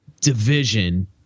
division